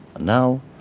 Now